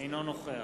אינו נוכח